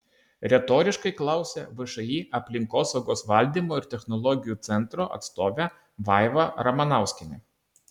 retoriškai klausia všį aplinkosaugos valdymo ir technologijų centro atstovė vaiva ramanauskienė